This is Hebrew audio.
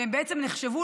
והם בעצם נחשבו,